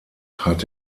hat